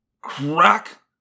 Crack